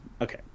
okay